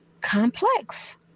complex